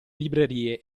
librerie